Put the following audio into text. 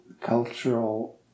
Cultural